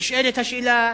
נשאלת השאלה,